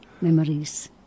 memories